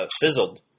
fizzled